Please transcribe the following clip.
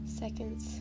seconds